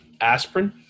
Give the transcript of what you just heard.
aspirin